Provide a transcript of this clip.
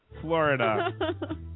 Florida